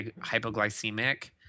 hypoglycemic